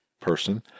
person